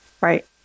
Right